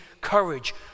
courage